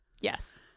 yes